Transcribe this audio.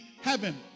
heaven